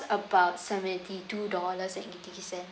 about seventy-two dollars and eighty cents